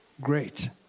great